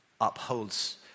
upholds